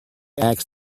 asked